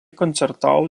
koncertavo